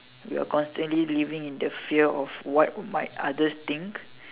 we are constantly living in the fear of what might others think